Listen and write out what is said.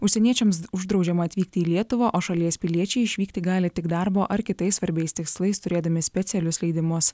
užsieniečiams uždraudžiama atvykti į lietuvą o šalies piliečiai išvykti gali tik darbo ar kitais svarbiais tikslais turėdami specialius leidimus